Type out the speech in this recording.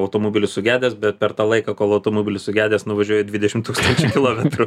automobilis sugedęs bet per tą laiką kol automobilis sugedęs nuvažiuoja dvidešim tūkstančių kilometrų